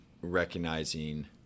recognizing